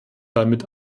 damit